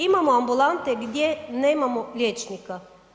Imamo ambulante gdje nemamo liječnika.